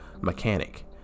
mechanic